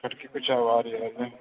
کھٹ کی کچھ آواز آ رہی ہے اس میں